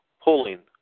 pulling